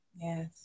Yes